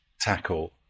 tackle